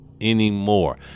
anymore